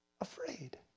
afraid